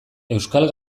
euskal